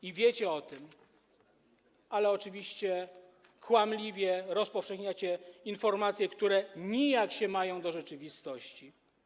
I wiecie o tym, ale oczywiście kłamliwie rozpowszechniacie informacje, które nijak się mają do rzeczywistości.